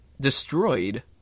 destroyed